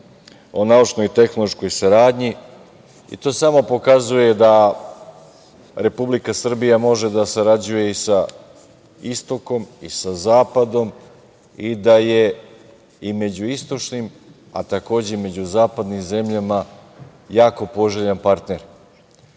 o naučno-tehnološkoj saradnji. To samo pokazuje da Republika Srbije može da sarađuje i sa istokom, i sa zapadom, i da je i među istočnim, a takođe i među zapadnim zemljama jako poželjan partner. Kada